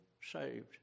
saved